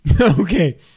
Okay